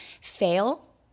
Fail